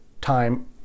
time